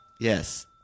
Yes